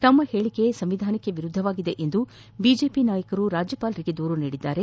ತಮ್ಮ ಹೇಳಿಕೆ ಸಂವಿಧಾನಕ್ಕೆ ವಿರುದ್ಧವಾಗಿದೆ ಎಂದು ಬಿಜೆಪಿ ನಾಯಕರು ರಾಜ್ಯಪಾಲರಿಗೆ ದೂರು ನೀಡಿದ್ದಾರೆ